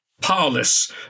Parlous